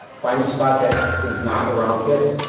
find a spot that is not around kids.